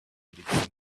began